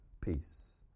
peace